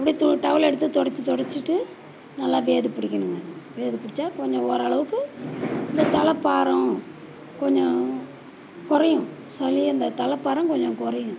அப்படியே து டவல் எடுத்து துடச்சி துடச்சிட்டு நல்லா வேது பிடிக்கணுங்க வேது பிடிச்சா கொஞ்சம் ஓரளவுக்கு இந்த தலை பாரம் கொஞ்சம் குறையும் சளி இந்த தலை பாரம் கொஞ்சம் குறையும்